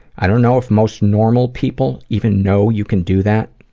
i don't know if most normal people even know you can do that.